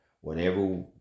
whenever